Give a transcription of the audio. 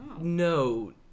No